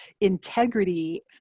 integrity